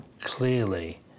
clearly